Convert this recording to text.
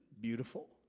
beautiful